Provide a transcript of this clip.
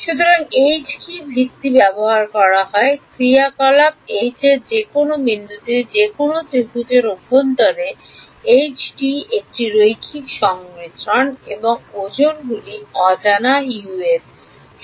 সুতরাং কি ভিত্তি ব্যবহার করা হয় ক্রিয়াকলাপ যে কোনও বিন্দুতে যে কোনও ত্রিভুজের অভ্যন্তরে একটি রৈখিক সংমিশ্রণ এবং ওজনগুলি অজানা U এর সঠিক